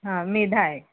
हां मेधा आहे